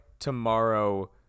tomorrow